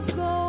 go